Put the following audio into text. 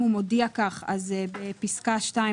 אם הוא מודיע כך אז בפסקה (2),